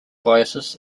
biases